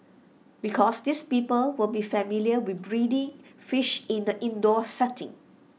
because these people will be familiar with breeding fish in the indoor setting